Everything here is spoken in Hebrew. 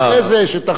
כשתחזור,